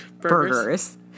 burgers